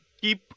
keep